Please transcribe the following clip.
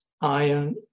iron